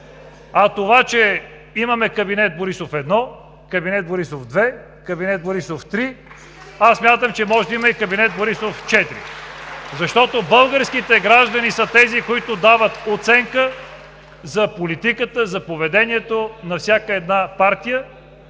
А това, че имаме кабинет Борисов 1, кабинет Борисов 2, кабинет Борисов 3, смятам, че може да има и кабинет Борисов 4 (бурни ръкопляскания от ГЕРБ), защото българските граждани са тези, които дават оценка за политиката, за поведението на всяка една партия